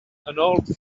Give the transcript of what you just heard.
old